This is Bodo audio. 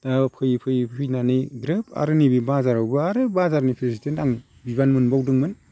दा फैयै फैयै फैनानै ग्रोब आरो नैबे बाजारावबो आरो बाजारनि प्रेसिडेन्ट आं बिबान मोनबावदोंमोन